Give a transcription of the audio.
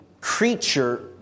creature